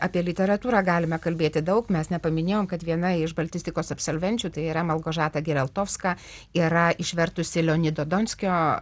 apie literatūrą galime kalbėti daug mes nepaminėjom kad viena iš baltistikos absolvenčių tai yra malgožata gieraltovska yra išvertusi leonido donskio